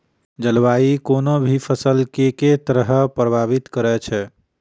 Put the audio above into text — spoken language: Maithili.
जलवायु कोनो भी फसल केँ के तरहे प्रभावित करै छै?